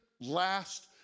last